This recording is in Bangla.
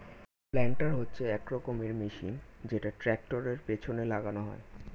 প্ল্যান্টার হচ্ছে এক রকমের মেশিন যেটা ট্র্যাক্টরের পেছনে লাগানো হয়